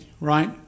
right